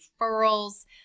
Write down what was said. referrals